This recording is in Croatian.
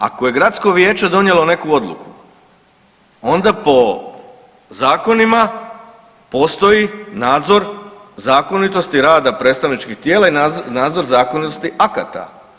Naime, ako je gradsko vijeće donijelo neku odluku, onda po zakonima postoji nadzor zakonitosti rada predstavničkih tijela i nadzor zakonitosti akata.